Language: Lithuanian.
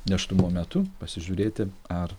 nėštumo metu pasižiūrėti ar